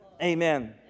Amen